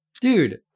Dude